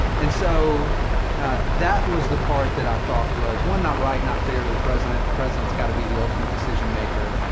and so that was the part that i thought was, one, not right, not fair to the president. the president's got to be the ultimate decision maker,